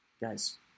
Guys